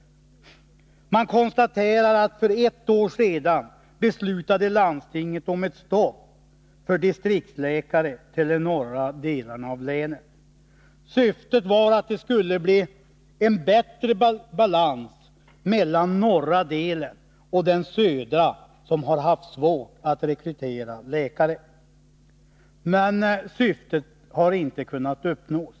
Vidare konstaterar man att landstinget för ett år sedan beslutade om ett stopp för rekrytering av distriktsläkare till de norra delarna av länet. Syftet var att nå en bättre balans mellan norra och södra delen. När det gäller den senare har det varit svårt att rekrytera läkare. Men det syftet har inte kunnat uppnås.